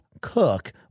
cook